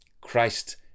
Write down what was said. Christ